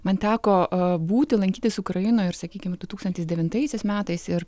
man teko būti lankytis ukrainoj ir sakykim ir du tūkstantis devintaisiais metais metais ir